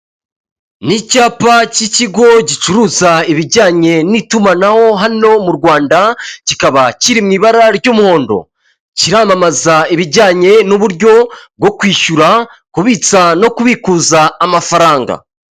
N'icyapa cy'ikigo gicuruza ibijyanye n'itumanaho hano mu Rwanda, kikaba kiri mu ibara ry'umuhondo. Kiramamaza ibijyanye n'uburyo bwo kwishyura, kubitsa, no kubikuza amafaranga.